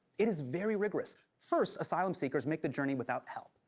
it is very rigorous. first, asylum seekers make the journey without help.